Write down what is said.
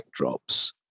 backdrops